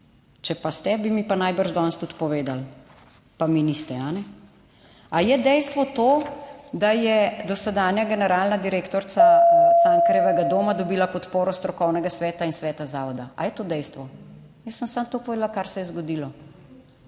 če pa ste, bi mi pa najbrž danes tudi povedali, pa mi niste. Ali je dejstvo to, da je dosedanja generalna direktorica Cankarjevega doma dobila podporo strokovnega sveta in sveta zavoda? Ali je to dejstvo? Jaz sem samo to povedala, kar se je zgodilo.